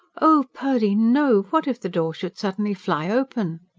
oh, purdy, no! what if the door should suddenly fly open?